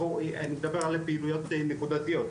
אני מדבר על פעילויות נקודתיות.